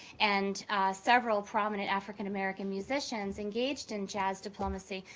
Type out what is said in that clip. and several prominent african american musicians engaged in jazz diplomacy,